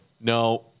No